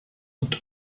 und